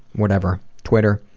whatever, twitter.